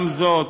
גם זאת,